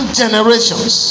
generations